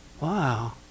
Wow